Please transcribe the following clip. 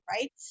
right